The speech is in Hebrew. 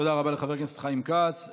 תודה רבה לחבר הכנסת חיים כץ.